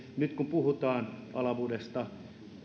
nyt kun puhutaan alavudesta